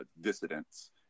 dissidents